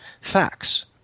facts